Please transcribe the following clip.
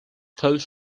close